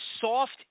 soft